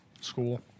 school